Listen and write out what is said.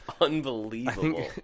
Unbelievable